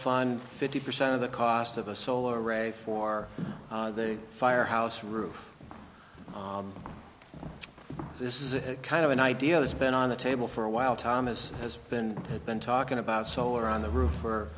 find fifty percent of the cost of a solar array for the firehouse roof this is kind of an idea that's been on the table for a while thomas has been had been talking about solar on the roof